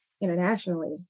internationally